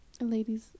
Ladies